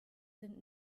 sind